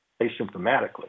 asymptomatically